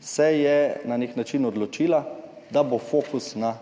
se je na nek način odločila, da bo fokus na